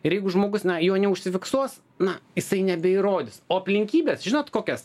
ir jeigu žmogus na jo neužsifiksuos na jisai nebeįrodys o aplinkybes žinot kokias